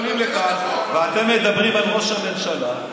כשאתם עולים לכאן ואתם מדברים על ראש הממשלה,